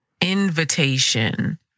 invitation